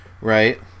Right